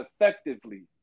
effectively